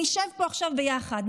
נשב פה עכשיו ביחד,